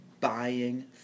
buying